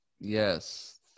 Yes